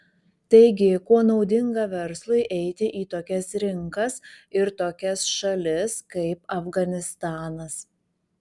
taigi kuo naudinga verslui eiti į tokias rinkas ir tokias šalis kaip afganistanas